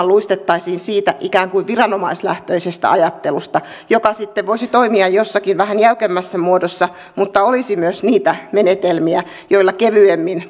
luistettaisiin siitä ikään kuin viranomaislähtöisestä ajattelusta joka sitten voisi toimia jossakin vähän jäykemmässä muodossa mutta olisi myös niitä menetelmiä joilla kevyemmin